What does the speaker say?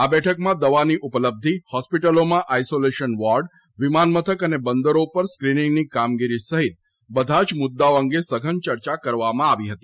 આ બેઠકમાં દવાની ઉપલબ્ધિ હોસ્પિટલોમાં આઇસોલેશન વોર્ડ વિમાનમથક અને બંદરો ઉપર સ્ક્રીનીંગની કામગીરી સહિત બધા જ મુદ્દાઓ અંગે સધન ચર્ચા કરવામાં આવી હતી